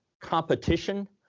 competition